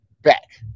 back